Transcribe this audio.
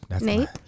Nate